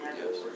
yes